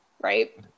right